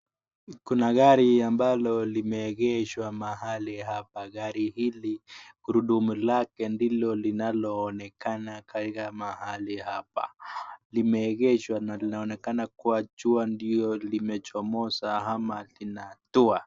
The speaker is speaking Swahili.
Kuna gari ambalo limeegeshwa mahali hapa, gari hili gurudumu lake ndilo linalo onekana katika mahari mahali hapa, limeegeshwa na lina onekana kuwa njua ndio lime chomoza ama lina tuwa.